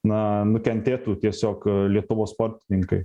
na nukentėtų tiesiog lietuvos sportininkai